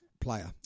player